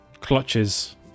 clutches